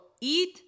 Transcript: Eat